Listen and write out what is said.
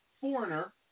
Foreigner